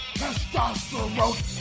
testosterone